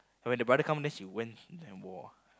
when the brother come then she went and then wore ah